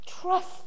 trust